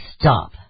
stop